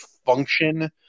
function